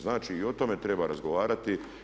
Znači, i o tome treba razgovarati.